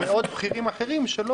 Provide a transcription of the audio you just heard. ולא על עוד מאות בכירים אחרים שלא.